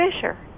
Fisher